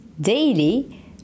daily